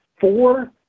four